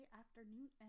afternoon